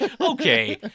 okay